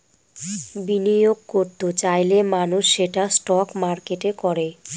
বিনিয়োগ করত চাইলে মানুষ সেটা স্টক মার্কেটে করে